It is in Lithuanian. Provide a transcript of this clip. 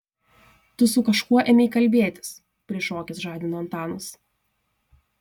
tu su kažkuo ėmei kalbėtis prišokęs žadina antanas